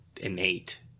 innate